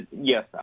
yes